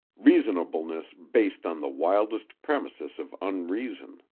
reasonableness based on the wildest premises of unreason.